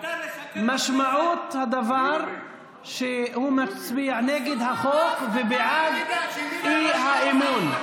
משמעות הדבר היא שהוא מצביע נגד החוק ובעד האי-אמון.